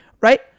Right